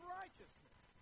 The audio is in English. righteousness